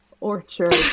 orchard